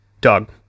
Dog